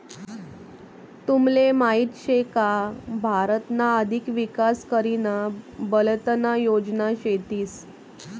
तुमले माहीत शे का भारतना अधिक विकास करीना बलतना योजना शेतीस